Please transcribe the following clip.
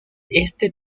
este